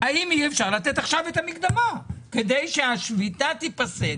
האם אי אפשר לתת עכשיו את המקדמה כדי שהשביתה תיפסק,